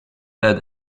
led